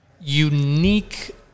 unique